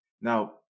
Now